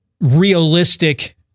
realistic